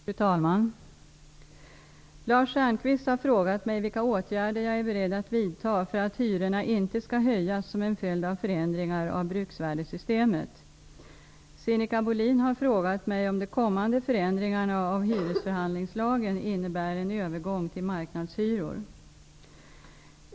Fru talman! Lars Stjernkvist har frågat mig vilka åtgärder jag är beredd att vidta för att hyrorna inte skall höjas som en följd av förändringar av bruksvärdessystemet. Sinikka Bohlin har frågat mig om de kommande förändringarna av hyresförhandlingslagen innebär en övergång till marknadshyror.